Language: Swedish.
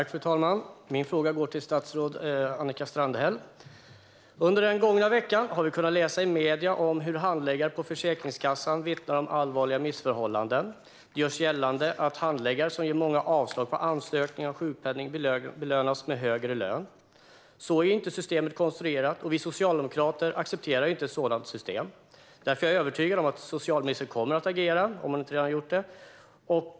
Fru talman! Min fråga går till socialminister Annika Strandhäll. Under den gånga veckan har vi kunnat läsa i medierna hur handläggare på Försäkringskassan vittnar om allvarliga missförhållanden. Det görs gällande att handläggare som ger avslag på många ansökningar om sjukpenning belönas med högre lön. Så är inte systemet konstruerat, och vi socialdemokrater accepterar inte ett sådant system. Därför är jag övertygad om att socialministern kommer att agera, om hon inte redan har gjort det.